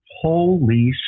holy